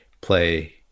play